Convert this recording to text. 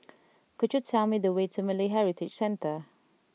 could you tell me the way to Malay Heritage Centre